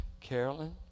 Carolyn